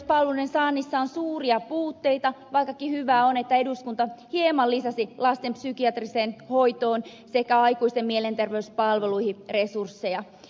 mielenterveyspalveluiden saannissa on suuria puutteita vaikkakin hyvää on että eduskunta hieman lisäsi lasten psykiatriseen hoitoon sekä aikuisten mielenterveyspalveluihin resursseja